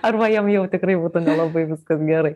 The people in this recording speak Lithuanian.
arba jam jau tikrai būtų nelabai viskas gerai